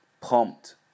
pumped